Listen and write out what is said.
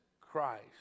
Christ